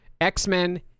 X-Men